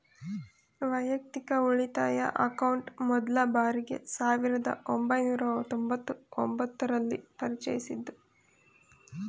ವೈಯಕ್ತಿಕ ಉಳಿತಾಯ ಅಕೌಂಟ್ ಮೊದ್ಲ ಬಾರಿಗೆ ಸಾವಿರದ ಒಂಬೈನೂರ ತೊಂಬತ್ತು ಒಂಬತ್ತು ರಲ್ಲಿ ಪರಿಚಯಿಸಿದ್ದ್ರು